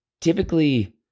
typically